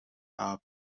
are